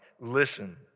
Listen